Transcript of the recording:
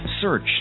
search